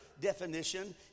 definition